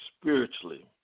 spiritually